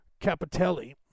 Capitelli